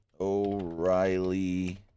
O'Reilly